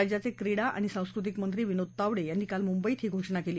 राज्याचे क्रीडा आणि सांस्कृतिक मंत्री विनोद तावडे यांनी काल मुंबईत ही घोषणा केली